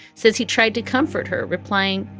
says he tried to comfort her, replying,